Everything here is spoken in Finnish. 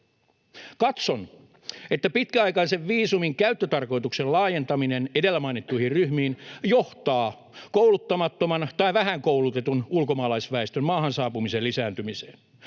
Katson, että pitkäaikaisen viisumin käyttötarkoituksen laajentaminen edellä mainittuihin ryhmiin johtaa kouluttamattoman tai vähän koulutetun ulkomaalaisväestön maahansaapumisen lisääntymiseen.